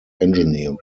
engineering